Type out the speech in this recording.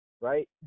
Right